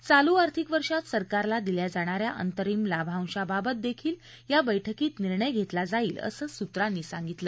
चालू र्थिक वर्षात सरकारला दिल्या जाणाऱ्या अंतरिम लाभांशाबाबत देखील या बैठकीत निर्णय घेतला जाईल असं सूत्रांनी सांगितलं